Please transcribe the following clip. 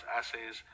assays